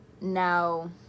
now